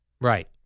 right